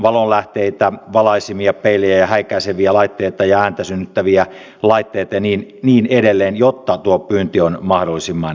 valonlähteitä valaisimia peilejä häikäiseviä laitteita ja ääntä synnyttäviä laitteita ja niin edelleen jotta tuo pyynti on mahdollisimman tehokasta